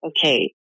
okay